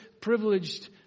privileged